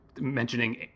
Mentioning